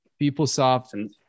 PeopleSoft